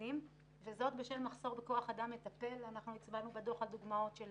קטינים וזאת בשל מחסור בכוח אדם מטפל - אנחנו הצבענו בדוח על דוגמאות של